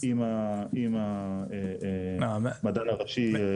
עם המדען הראשי.